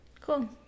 cool